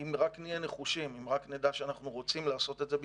זאת כי אנחנו עלולים להיגרר בדיון לעסוק באירוע כזה או אירוע אחר,